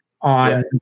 on